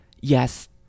yes